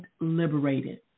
liberated